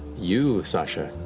you, sasha,